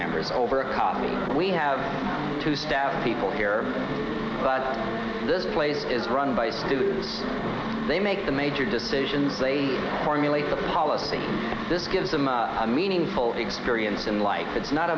members over we have to stab people here but this place is run by do they make the major decisions they formulate the policy this gives them a meaningful experience in life it's not